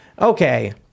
okay